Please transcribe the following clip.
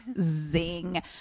zing